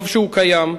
טוב שהוא קיים,